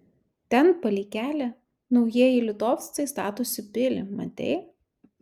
ten palei kelią naujieji litovcai statosi pilį matei